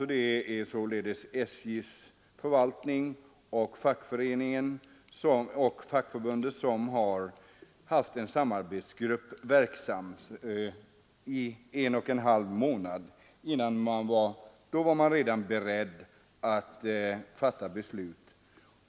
När SJ:s förvaltning och fackförbundet haft en samarbetsgrupp verksam i en och en halv månad var man redan beredd att fatta beslut